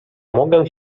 mogę